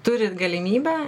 turi galimybę